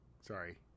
Sorry